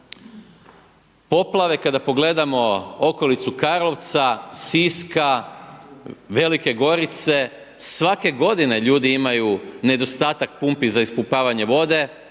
poplave, kada pogledamo okolicu Karlovca, Siska, Velike Gorice, svake godine ljudi imaju nedostatak pumpi za ispumpavanje vode,